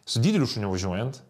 su dideliu šuniu važiuojant